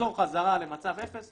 נחזור חזרה למצב אפס,